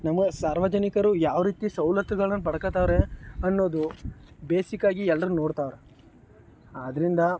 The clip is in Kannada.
ನಮ್ಮ ಸಾರ್ವಜನಿಕರು ಯಾವ ರೀತಿ ಸವಲತ್ತುಗಳನ್ನು ಪಡ್ಕೊಳ್ತವ್ರೆ ಅನ್ನೋದು ಬೇಸಿಕ್ಕಾಗಿ ಎಲ್ಲರೂ ನೋಡ್ತವ್ರೆ ಆದ್ದರಿಂದ